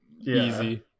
Easy